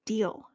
Deal